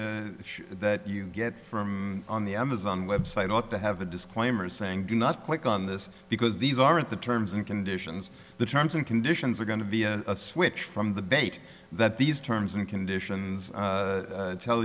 day that you get from on the amazon website ought to have a disclaimer saying do not click on this because these aren't the terms and conditions the terms and conditions are going to be a switch from the bait that these terms and conditions tell